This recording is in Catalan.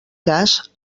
cas